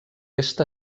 est